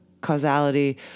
causality